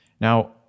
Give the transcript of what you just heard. Now